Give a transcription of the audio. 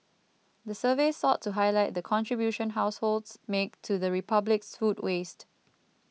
the survey sought to highlight the contribution households make to the Republic's food waste